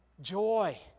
Joy